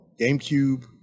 GameCube